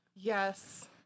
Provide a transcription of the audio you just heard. Yes